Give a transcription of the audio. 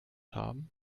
haben